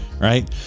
right